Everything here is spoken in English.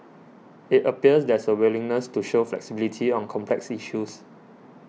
it appears there's a willingness to show flexibility on complex issues